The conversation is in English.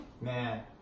Man